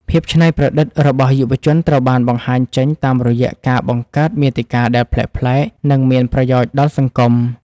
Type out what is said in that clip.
ភាពច្នៃប្រឌិតរបស់យុវជនត្រូវបានបង្ហាញចេញតាមរយៈការបង្កើតមាតិកាដែលប្លែកៗនិងមានប្រយោជន៍ដល់សង្គម។